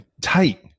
tight